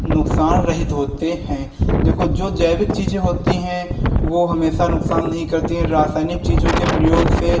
नुकसान रहित होते हैं देखो जो जैविक चीज़ें होती हैं वो हमेशा नुकसान नहीं करती हैं रासायनिक चीज़ों के प्रयोग से